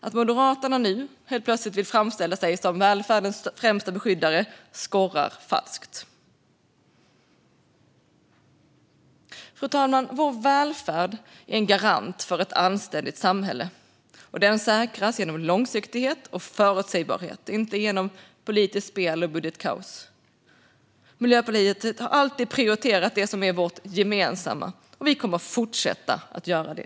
Att Moderaterna nu helt plötsligt vill framställa sig som välfärdens främsta beskyddare skorrar falskt. Fru talman! Vår välfärd är en garant för ett anständigt samhälle. Den säkras genom långsiktighet och förutsägbarhet, inte genom politiskt spel och budgetkaos. Miljöpartiet har alltid prioriterat det som är vårt gemensamma, och vi kommer att fortsätta att göra det.